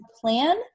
plan